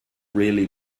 really